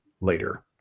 later